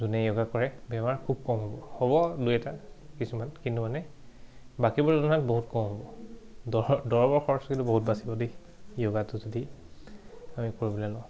যোনে য়োগা কৰে বেমাৰ খুব কম হ'ব হ'ব দুই এটা কিছুমান কিন্তু মানে বাকীবোৰৰ তুলনাত বহুত কম হ'ব দৰ দৰৱৰ খৰচ কিন্তু বহুত বাচিব দেই য়োগাটো যদি আমি কৰিবলৈ লওঁ